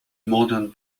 modern